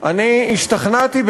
אני השתכנעתי,